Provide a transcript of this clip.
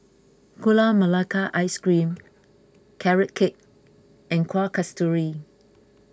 Gula Melaka Ice Cream Carrot Cake and Kueh Kasturi